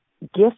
gift